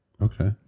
Okay